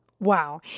Wow